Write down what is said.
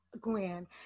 Gwen